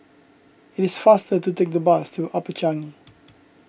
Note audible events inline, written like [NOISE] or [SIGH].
it is faster to take the bus to Upper Changi [NOISE]